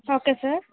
okay sir